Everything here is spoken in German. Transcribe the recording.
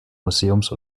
museums